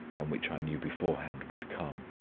and which i knew beforehand would come.